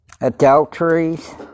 adulteries